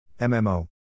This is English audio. MMO